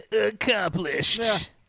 accomplished